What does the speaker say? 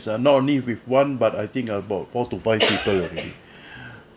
so not only with one but I think about four to five people